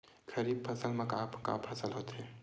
खरीफ फसल मा का का फसल होथे?